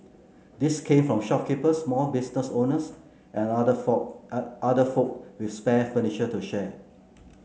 these came from shopkeepers small business owners and other folk other folk with spare furniture to share